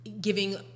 giving